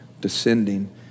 Descending